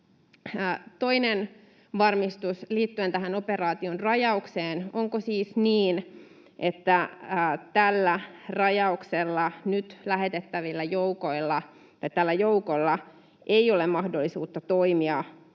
Toinen varmistus liittyen operaation rajaukseen: onko siis niin, että tällä rajauksella nyt lähetettävällä joukolla ei ole mahdollisuutta toimia